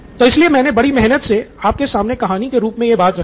तो इसलिए मैंने बड़ी मेहनत से आपके सामने कहानी के रूप मे यह बात रखी